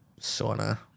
sauna